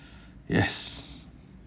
yes